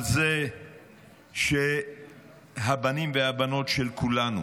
על זה שהבנים והבנות של כולנו